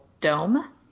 dome